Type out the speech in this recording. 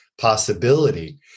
possibility